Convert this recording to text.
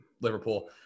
Liverpool